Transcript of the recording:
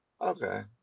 Okay